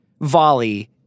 volley